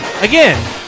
Again